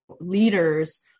leaders